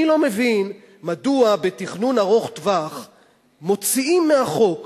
אני לא מבין מדוע בתכנון ארוך-טווח מוציאים מהחוק,